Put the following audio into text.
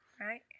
Right